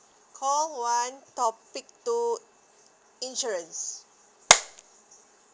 call one topic two insurance